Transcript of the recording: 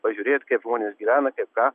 pažiūrėt kaip žmonės gyvena kaip ką